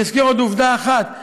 אני אזכיר עוד עובדה אחת.